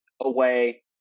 away